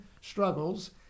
struggles